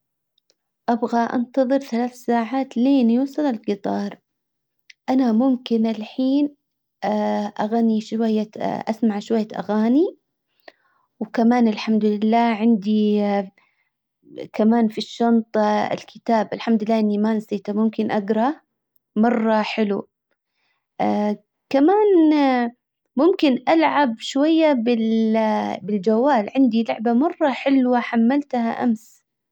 ابغى انتظر ثلاث ساعات لين يوصل القطار. انا ممكن الحين اغني شوية اسمع شوية اغاني. وكمان الحمد لله عندي كمان في الشنطة الكتاب الحمد لله اني ما نسيته ممكن اجرا مرة حلو. كمان ممكن العب شوية بالجوال عندي لعبة مرة حلوة حملتها امس.